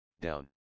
down